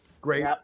great